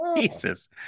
Jesus